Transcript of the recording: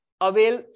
avail